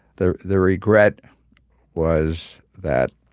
the the regret was that